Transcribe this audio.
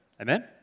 Amen